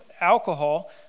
alcohol